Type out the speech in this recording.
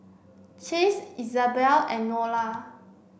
Chase Izabelle and Nola